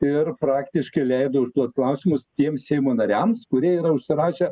ir praktiškai leido užduot klausimus tiem seimo nariams kurie yra užsirašę